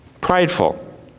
prideful